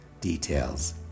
details